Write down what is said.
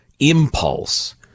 impulse